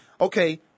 Okay